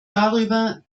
darüber